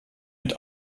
mit